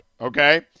okay